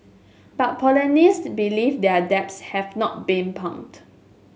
but believe their depths have not been plumbed